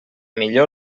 millor